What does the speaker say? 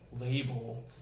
label